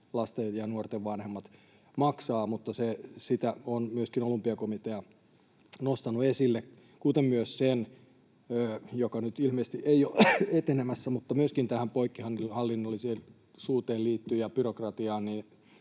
lasten ja nuorten vanhemmat maksavat. Sitä on myöskin Olympiakomitea nostanut esille, kuten myös sen, joka nyt ilmeisesti ei ole etenemässä mutta joka myöskin liittyy tähän poikkihallinnollisuuteen ja byrokratiaan,